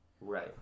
Right